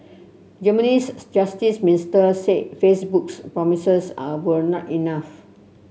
Germany's justice minister said Facebook's promises are were not enough